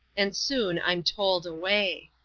and soon i'm toll'd away.